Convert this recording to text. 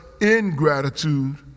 ingratitude